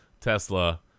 Tesla